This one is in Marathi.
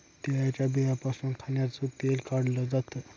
तिळाच्या बियांपासून खाण्याचं तेल काढल जात